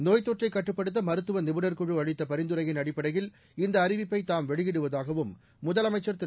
நோய்த் தொற்றைக் கட்டுப்படுத்த மருத்துவ நிபுணர் குழு அளித்த பரிந்துரையின் அடிப்படையில் அறிவிப்பை இந்த தாம் வெளியிடுவதாகவும் முதலமைச்சர் திரு